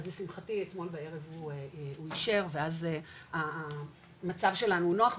אז לשמחתי אתמול בערב הוא אישר ואז המצב שלנו נוח,